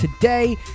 today